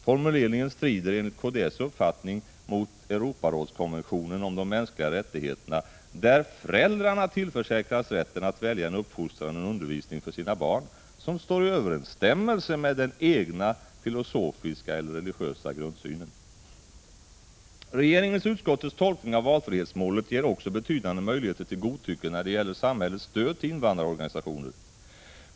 Formuleringen strider enligt kds uppfattning mot Europarådskonventionen om de mänskliga rättigheterna, där föräldrarna tillförsäkras rätten att välja en uppfostran och en undervisning för sina barn som står i överensstämmelse med den egna filosofiska eller religiösa grundsynen. Regeringens och utskottets tolkning av valfrihetsmålet ger också betydande möjligheter till godtycke när det gäller samhällets stöd till invandrarorganisationer.